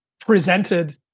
presented